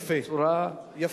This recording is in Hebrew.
יפה.